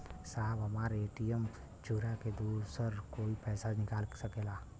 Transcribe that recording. साहब हमार ए.टी.एम चूरा के दूसर कोई पैसा निकाल सकेला?